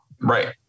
Right